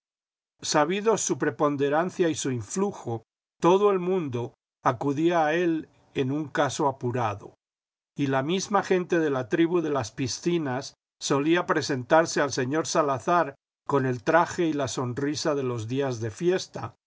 sabidos su preponderancia y su influjo todo el mundo acudía a él en un caso apurado y la misma gente de la tribu de las piscinas solía presentarse al señor salazar con el traje y la sonrisa de los días de fiesta